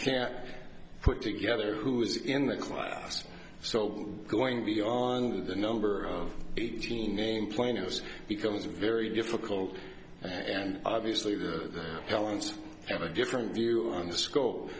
can't put together who is in that class so going beyond the number of eighteen name plaintiffs becomes very difficult and obviously the balance ever different view on the scope of